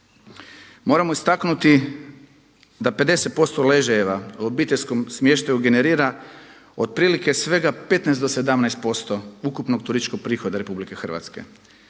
Moramo istaknuti da 50% ležajeva u obiteljskom smještaju generira otprilike svega 15 do 17% ukupnog turističkog prihoda Republike Hrvatske,